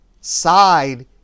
side